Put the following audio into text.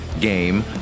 game